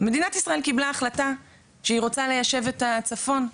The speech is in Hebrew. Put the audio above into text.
מדינת ישראל קיבלה החלטה שהיא רוצה ליישב את הצפון,